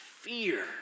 fear